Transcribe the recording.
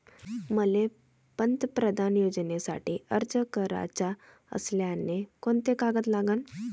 मले पंतप्रधान योजनेसाठी अर्ज कराचा असल्याने कोंते कागद लागन?